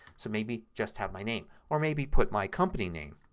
so maybe just have my name. or maybe put my company name